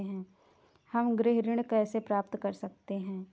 हम गृह ऋण कैसे प्राप्त कर सकते हैं?